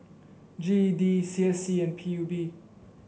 G E D C S C and P U B